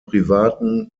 privaten